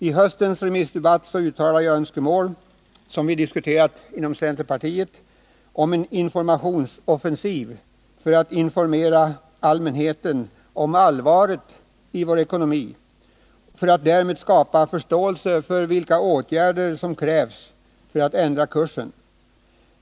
I höstens remissdebatt uttalade jag önskemål om en informationsoffensiv, som vi diskuterat inom centerpartiet, för att informera allmänheten om allvaret när det gäller vårt ekonomiska läge och därmed skapa förståelse för vilka åtgärder som krävs för att ändra kursen.